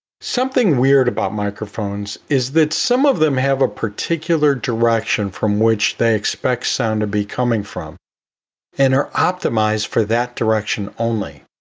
something weird about microphones is that some of them have a particular direction from which they expect sound to be coming from and are optimized for that direction only.